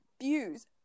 views